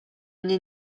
mnie